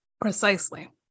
precisely